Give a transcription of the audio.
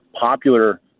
popular